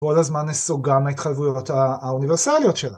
כל הזמן נסוגה מההתחיבויות האוניברסליות שלה.